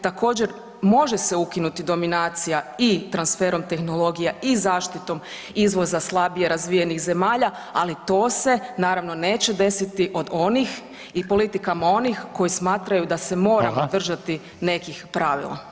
Također, može se ukinuti dominacija i transferom tehnologija i zaštitom izvoza slabije razvijenih zemalja, ali to se naravno, neće desiti od onih i politikama onih koji smatraju da se mora [[Upadica: Hvala.]] držati nekih pravila.